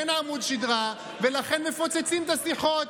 אין עמוד שדרה, ולכן מפוצצים את השיחות.